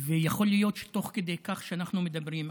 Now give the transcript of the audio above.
יכול להיות שתוך כדי כך שאנחנו מדברים,